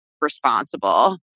responsible